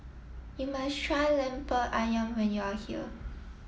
you must try Lemper Ayam when you are here